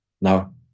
Now